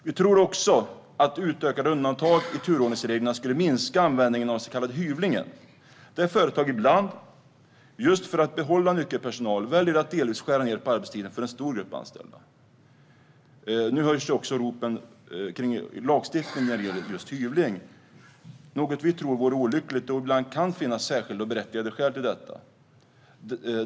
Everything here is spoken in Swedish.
Vi tror också att utökade undantag i turordningsreglerna skulle minska användningen av så kallad hyvling, som innebär att företag ibland, just för att behålla nyckelpersonal, väljer att delvis skära ned på arbetstiden för en stor grupp anställda. Nu hörs också ropen om lagstiftning när det gäller just hyvling. Det är något som vi tror vore olyckligt, då det ibland kan finnas särskilda och berättigade skäl till detta.